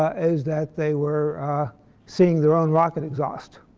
ah is that they were seeing their own rocket exhaust.